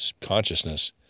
consciousness